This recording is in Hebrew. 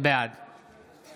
בעד